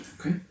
Okay